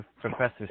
Professor